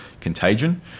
contagion